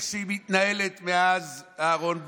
עם איך שהיא מתנהלת מאז אהרן ברק.